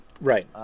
Right